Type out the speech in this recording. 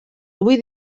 avui